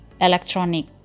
electronic